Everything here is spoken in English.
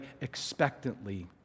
expectantly